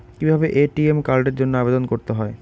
কিভাবে এ.টি.এম কার্ডের জন্য আবেদন করতে হয়?